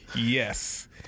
yes